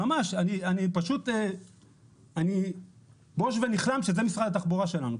אני פשוט בוש ונכלם שזה משרד התחבורה שלנו.